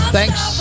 Thanks